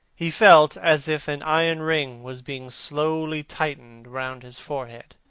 he felt as if an iron ring was being slowly tightened round his forehead,